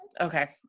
okay